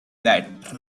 that